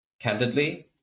candidly